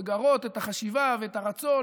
לגרות את החשיבה ואת הרצון,